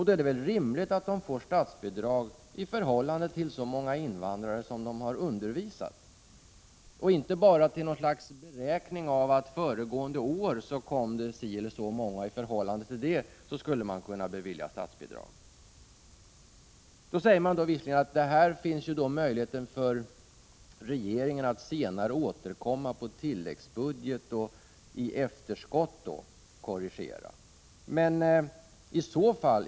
Då är det väl rimligt att de får statsbidrag i förhållande till det antal invandrare som de har undervisat och inte bara i enlighet med något slags beräkning grundad på hur många som kom föregående år. Då säger man att det finns möjlighet för regeringen att återkomma på tilläggsbudget och i efterskott korrigera statsbidraget.